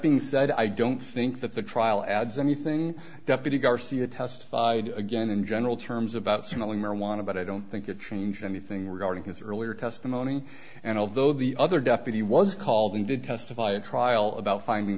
being said i don't think that the trial adds anything deputy garcia testified again in general terms about signaling marijuana but i don't think it changed anything regarding his earlier testimony and although the other deputy was called in to testify in trial about finding